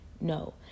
No